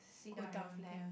sit down and reflect